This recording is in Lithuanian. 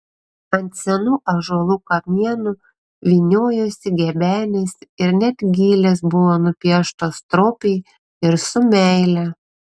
ant senų ąžuolų kamienų vyniojosi gebenės ir net gilės buvo nupieštos stropiai ir su meile